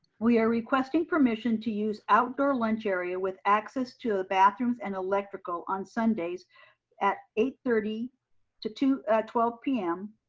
we are requesting permission to use outdoor lunch area with access to the ah bathrooms and electrical on sundays at eight thirty to to twelve p m.